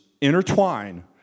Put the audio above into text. intertwine